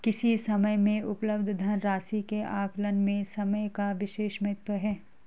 किसी समय में उपलब्ध धन राशि के आकलन में समय का विशेष महत्व है